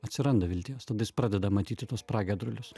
atsiranda vilties tada jis pradeda matyti tuos pragiedrulius